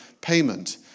payment